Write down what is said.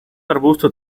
arbusto